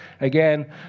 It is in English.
again